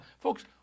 Folks